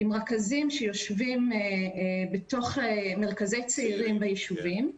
עם רכזים שיושבים בתוך מרכזי צעירים ביישובים.